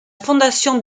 fondation